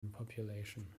population